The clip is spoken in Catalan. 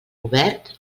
obert